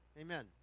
amen